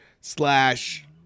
slash